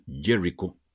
Jericho